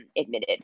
admitted